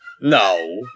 No